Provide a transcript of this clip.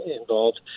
involved